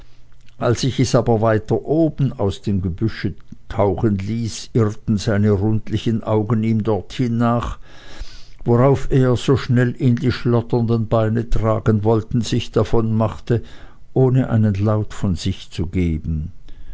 als ich es aber weiter oben aus dem gebüsche tauchen ließ irrten seine rundlichen augen ihm dorthin nach worauf er so schnell ihn die schlotternden beine tragen wollten sich davonmachte ohne einen laut von sich zu geben